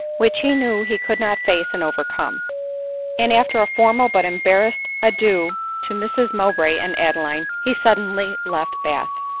which he knew he could not face and overcome and after a formal but embarrassed adieu to mrs mowbray and adeline, he suddenly left bath.